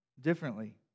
Differently